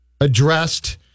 addressed